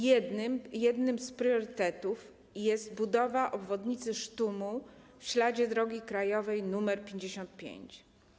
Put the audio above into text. Jednym z priorytetów jest budowa obwodnicy Sztumu w śladzie drogi krajowej nr 55.